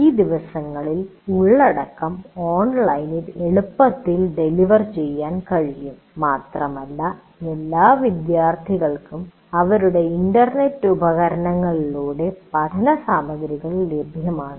ഈ ദിവസങ്ങളിൽ ഉള്ളടക്കം ഓൺലൈനിൽ എളുപ്പത്തിൽ ഡെലിവർ ചെയ്യാൻ കഴിയും മാത്രമല്ല എല്ലാ വിദ്യാർത്ഥികൾക്കും അവരുടെ ഇൻറർനെറ്റ് ഉപകരണങ്ങളിലൂടെ പഠന സാമഗ്രികൾ ലഭ്യമാണ്